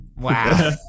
wow